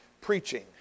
preaching